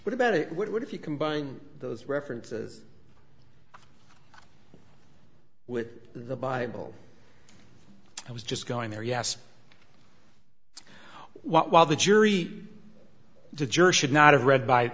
what about it what if you combine those records with the bible i was just going there yes while the jury the jury should not have read by